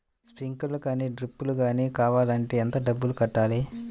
Sprinkler కానీ డ్రిప్లు కాని కావాలి అంటే ఎంత డబ్బులు కట్టాలి?